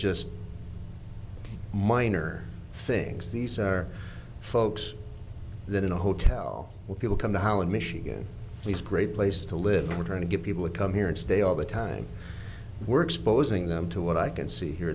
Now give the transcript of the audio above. just minor things these are folks that in a hotel where people come to holland michigan these great places to live are trying to get people to come here and stay all the time we're exposing them to what i can see here